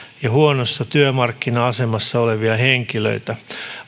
ja huonossa työmarkkina asemassa olevia henkilöitä